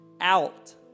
out